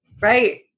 Right